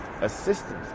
assistance